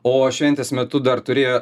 o šventės metu dar turi